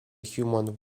human